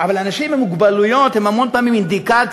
אבל אנשים עם מוגבלויות הם המון פעמים אינדיקציה